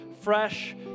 fresh